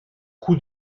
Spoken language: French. coups